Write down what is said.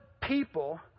people